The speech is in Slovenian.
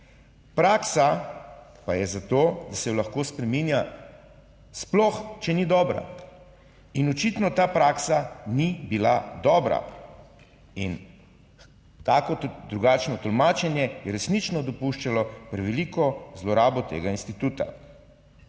Praksa pa je za to, da se lahko spreminja, sploh če ni dobra, in očitno ta praksa ni bila dobra in tako drugačno tolmačenje je resnično dopuščalo preveliko zlorabo tega instituta.